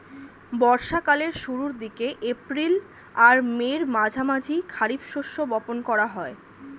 বর্ষা কালের শুরুর দিকে, এপ্রিল আর মের মাঝামাঝি খারিফ শস্য বপন করা হয়